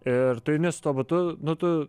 ir tu eini su tuo batu nu tu